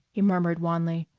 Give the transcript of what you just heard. he murmured wanly,